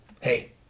hey